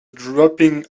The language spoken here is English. dropping